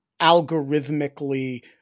algorithmically